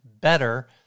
better